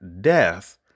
death